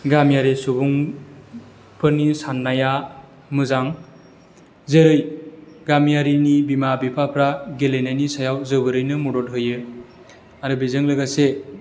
गामियारि सुबुंफोरनि साननाया मोजां जेरै गामियारिनि बिमा बिफाफ्रा गेलेनायनि सायाव जोबोरैनो मदद होयो आरो बेजों लोगोसे